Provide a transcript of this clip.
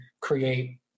create